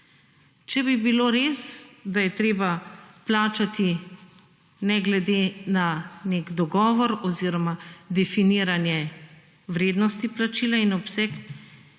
Če bi bilo res, da je treba plačati ne glede na nek dogovor oziroma definiranje vrednosti plačila in obseg,